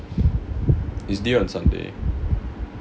it's there on sunday